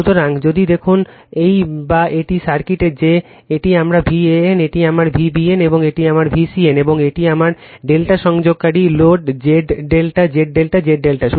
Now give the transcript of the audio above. সুতরাং যদি দেখুন এই বা এই সার্কিট যে এটি আমার Van এটি আমার Vbn এবং এটি আমার Vcn এবং এটি আমার ∆ সংযোগকারী লোড Z ∆ Z ∆ Z ∆